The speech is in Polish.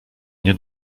nie